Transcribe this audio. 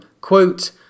quote